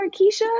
Keisha